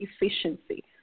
efficiency